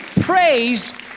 praise